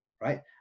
right